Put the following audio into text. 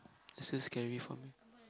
it's still scary for me